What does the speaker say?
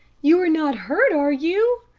you are not hurt, are you?